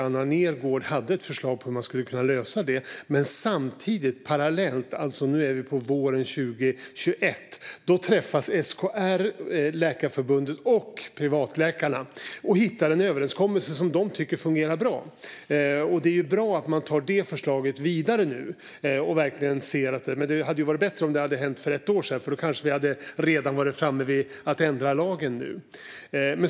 Anna Nergårdh hade ett förslag på hur man skulle kunna lösa det, men samtidigt, parallellt - nu är vi på våren 2021 - träffas SKR, Läkarförbundet och Privatläkarna och hittar en överenskommelse som de tycker fungerar bra. Det är bra att man nu tar det förslaget vidare. Men det hade varit bättre om det hade hänt för ett år sedan, för då hade vi kanske redan varit framme vid att ändra lagen.